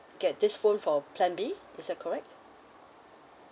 get this phone for plan B is that correct